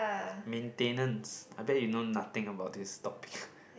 maintenance I bet you know nothing about this topic